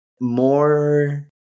more